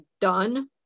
done